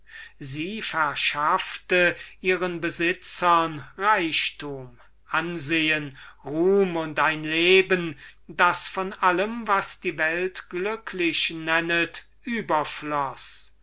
sie verschaffte ihren besitzern reichtum ansehen ruhm und ein leben das von allem was die welt glücklich nennet überfloß